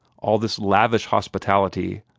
all this lavish hospitality,